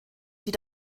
die